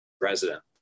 president